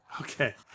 Okay